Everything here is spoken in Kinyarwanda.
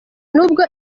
n’ubwo